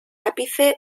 ápice